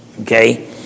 okay